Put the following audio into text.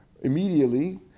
immediately